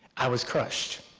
i was crushed.